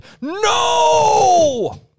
no